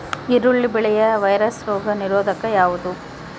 ಈರುಳ್ಳಿ ಬೆಳೆಯ ವೈರಸ್ ರೋಗ ನಿರೋಧಕ ಯಾವುದು?